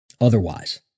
otherwise